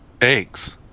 eggs